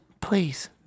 Please